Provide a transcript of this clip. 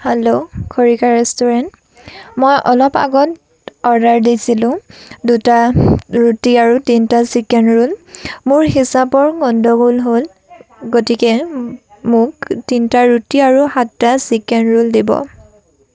hello Kharika restaurant মই অলপ আগত অৰ্ডাৰ দিছিলোঁ দুটা ৰুটি আৰু তিনিটা চিকেন ৰোল মোৰ হিচাপৰ গণ্ডগোল হ'ল গতিকে মোক তিনিটা ৰুটি আৰু সাতটা চিকেন ৰোল দিব